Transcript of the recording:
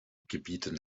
gebieten